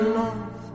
love